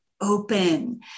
open